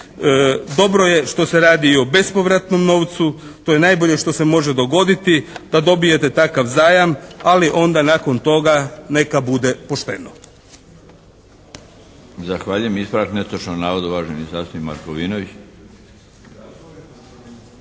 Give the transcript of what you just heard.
Dobro je što se radi i o bespovratnom novcu. To je nabolje što se može dogoditi da dobijete takav zajam ali onda nakon toga neka bude pošteno.